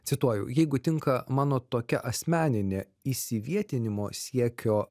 cituoju jeigu tinka mano tokia asmeninė įsivietinimo siekio